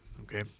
okay